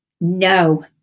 no